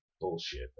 bullshit